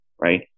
right